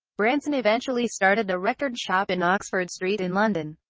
branson eventually started a record shop in oxford street in london.